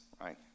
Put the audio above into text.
right